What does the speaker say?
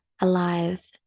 alive